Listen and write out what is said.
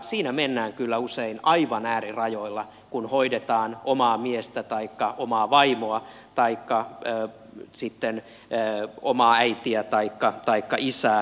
siinä mennään kyllä usein aivan äärirajoilla kun hoidetaan omaa miestä taikka omaa vaimoa taikka sitten omaa äitiä taikka isää